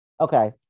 Okay